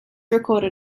recorded